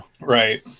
Right